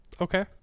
Okay